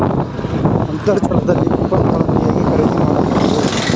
ಅಂತರ್ಜಾಲದಲ್ಲಿ ಉತ್ಪನ್ನಗಳನ್ನು ಹೇಗೆ ಖರೀದಿ ಮಾಡುವುದು?